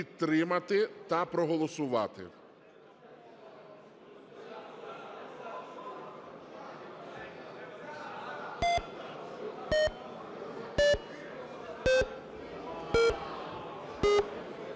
підтримати та проголосувати.